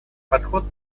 подход